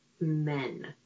men